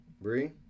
Bree